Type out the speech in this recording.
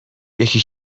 یکی